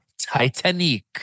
Titanic